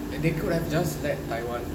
and they could have just let taiwan